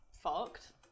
fucked